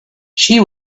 she